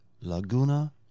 Laguna